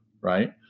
Right